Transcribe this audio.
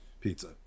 Pizza